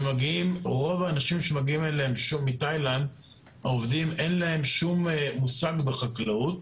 לרוב העובדים שמגיעים אלינו מתאילנד אין שום מושג בחקלאות.